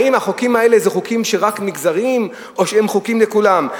האם החוקים האלה הם חוקים שהם רק מגזריים או שהם חוקים לכולם?